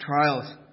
trials